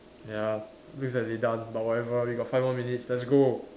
ya looks like they done but whatever we got five more minutes let's go